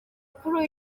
kuri